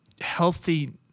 healthy